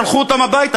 שלחו אותם הביתה,